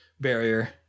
barrier